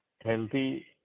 healthy